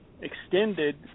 extended